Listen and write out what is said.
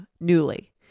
Newly